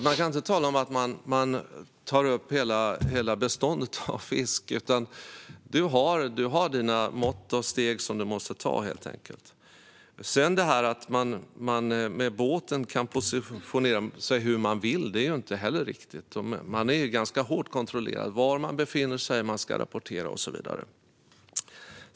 Man kan inte tala om att man tar upp hela bestånd av fisk, utan man har sina mått och steg som man måste ta. Att man kan positionera sig hur man vill med båten är inte heller riktigt. Man är ganska hårt kontrollerad, man ska rapportera var man befinner sig och så vidare.